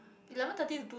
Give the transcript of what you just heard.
eleven thirty to two